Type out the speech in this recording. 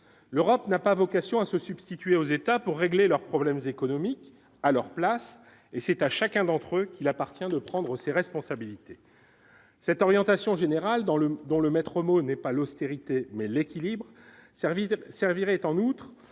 l'Europe n'a pas vocation à se substituer aux États pour régler leurs problèmes économiques à leur place, et c'est à chacun d'entre eux qu'il appartient de prendre ses responsabilités, cette orientation générale dans le dans le maître mot n'est pas l'austérité, mais l'équilibres servi servirait en outre